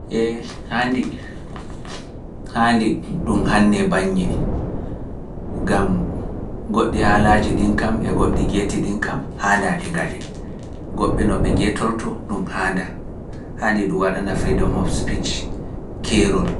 Ee handi handi ɗum hanne baññe gam goɗɗi haalaaji ɗin kam e goɗɗi jeeti ɗin kam haanda ɗi gaɗi goɗɓe no ɓe jeetorto ɗum haanda handi ɗum waɗana freedom of speech keerol